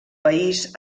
país